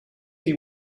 you